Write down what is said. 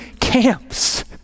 camps